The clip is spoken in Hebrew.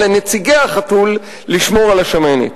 אבל לנציגי החתול לשמור על השמנת.